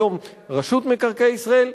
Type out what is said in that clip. היום רשות מקרקעי ישראל,